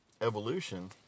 evolution